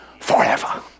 forever